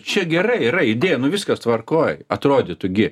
čia gera yra idėja nu viskas tvarkoj atrodytų gi